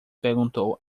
perguntou